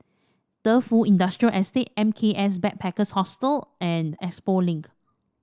Defu Industrial Estate M K S Backpackers Hostel and Expo Link